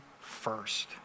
first